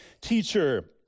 Teacher